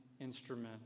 instrument